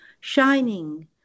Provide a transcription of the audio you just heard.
Shining